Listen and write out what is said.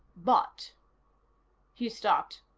but he stopped.